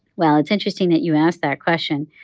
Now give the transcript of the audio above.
well, it's interesting that you ask that question.